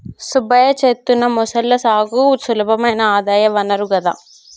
సుబ్బయ్య చేత్తున్న మొసళ్ల సాగు సులభమైన ఆదాయ వనరు కదా